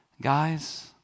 guys